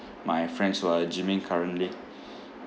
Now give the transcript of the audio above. my friends who are gymming currently